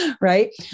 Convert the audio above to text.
Right